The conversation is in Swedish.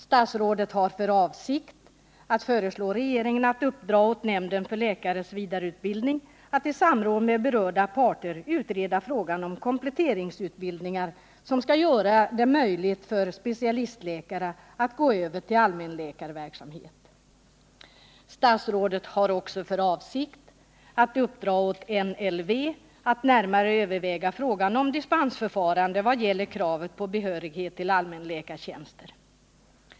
Statsrådet ”har för avsikt att föreslå regeringen att uppdra åt nämnden för läkares vidareutbildning att i samråd med berörda parter utreda frågan om kompletteringsutbildningar som skall göra det möjligt för specialistläkare att gå över till allmänläkarverksamhet. Statsrådet har också för avsikt att uppdra åt NLV att närmare överväga frågan om dispansförfarande vad gäller kraven på behörighet till allmänläkartjänster.